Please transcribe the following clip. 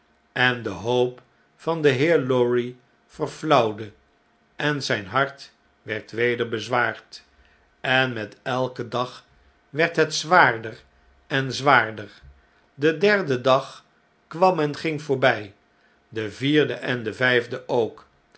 en de hoop van den heer lorry verflauwde en zijn hart werd weder bezwaard en met elken dag werd het zwaarder en zwaarder de derde dag kwam en ging voorby de vierde en de vyfde ook